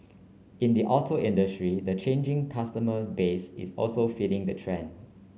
in the auto industry the changing customer base is also feeding the trend